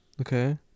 Okay